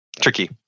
tricky